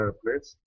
place